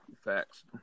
facts